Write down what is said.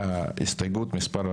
המזכירות.